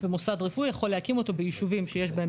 ומוסד רפואי יכול להקים אותו ביישובים שיש בהם